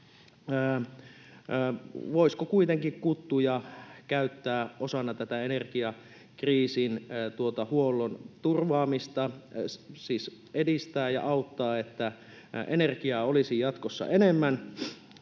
Voisiko kuitenkin kuttuja käyttää osana tätä energiakriisinhuollon turvaamista, siis edistämään ja auttamaan, että energiaa olisi jatkossa enemmän?